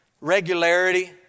regularity